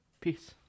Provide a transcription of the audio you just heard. Peace